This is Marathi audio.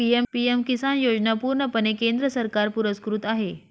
पी.एम किसान योजना पूर्णपणे केंद्र सरकार पुरस्कृत आहे